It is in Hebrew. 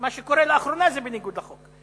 מה שקורה לאחרונה זה בניגוד לחוק,